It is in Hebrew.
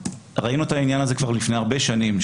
ראינו את העניין הזה כבר לפני הרבה שנים,